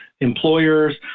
employers